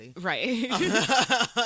Right